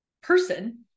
person